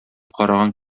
караган